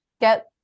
get